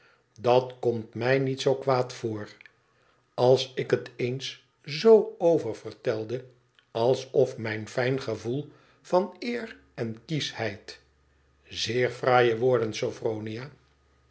dat komt mij niet kwaad voor ab ik het eens z oververtelde alsof mijn fijn gevoel van eer en kieschheid zeer fraaie